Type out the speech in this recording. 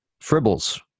Fribbles